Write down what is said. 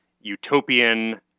utopian